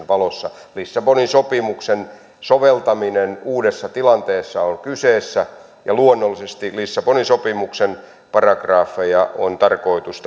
valossa lissabonin sopimuksen soveltaminen uudessa tilanteessa on kyseessä ja luonnollisesti lissabonin sopimuksen paragrafeja on tarkoitus